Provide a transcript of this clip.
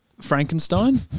Frankenstein